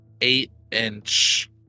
eight-inch